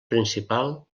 principal